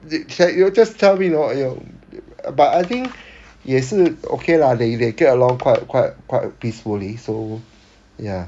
you can they will just tell me know !aiyo! but I think 也是 okay lah they they get along quite quite quite peacefully so ya